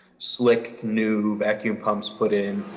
slick, new vacuum pumps put in.